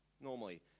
normally